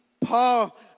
Paul